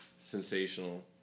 sensational